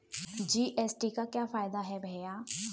GST का क्या फायदा है भैया?